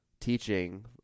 teaching